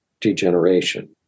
degeneration